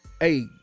Hey